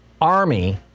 army